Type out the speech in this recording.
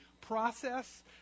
process